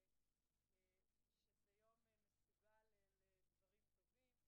שהוא יום לדברים טובים.